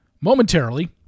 momentarily